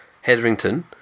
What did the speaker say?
Hetherington